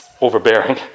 overbearing